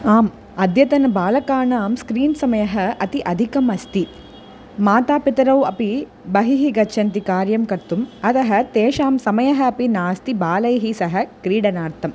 आम् अद्यतन बालकानां स्क्रीन् समयः अत्यधिकम् अस्ति मातापितरौ अपि बहिः गच्छन्ति कार्यं कर्तुम् अतः तेषां समयः अपि नास्ति बालैः सह क्रीडनार्थम्